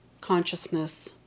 consciousness